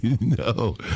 No